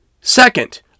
Second